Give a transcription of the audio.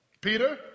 Peter